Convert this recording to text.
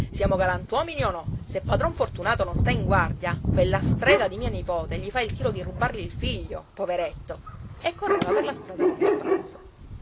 siamo galantuomini o no se padron fortunato non sta in guardia quella strega di mia nipote gli fa il tiro di rubargli il figlio poveretto e correva per la strada come un pazzo